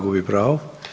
Gubi pravo.